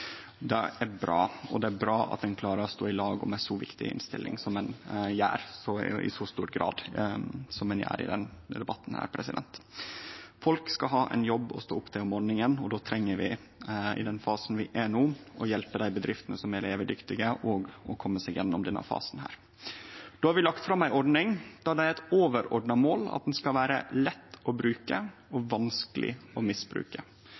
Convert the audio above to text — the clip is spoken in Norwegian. Det er bra, og det er bra at ein i så stor grad klarer å stå i lag om ei så viktig innstilling som det ein gjer i denne debatten. Folk skal ha ein jobb å stå opp til om morgonen, og då treng vi i denne fasen vi er i no, å hjelpe dei bedriftene som er levedyktige, til å kome seg gjennom denne fasen. Vi har lagt fram ei ordning der det er eit overordna mål at ho skal vere lett å bruke og vanskeleg å misbruke.